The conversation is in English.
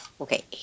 Okay